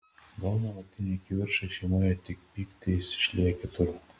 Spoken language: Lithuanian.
gal nuolatiniai kivirčai šeimoje tik pyktį jis išlieja kitur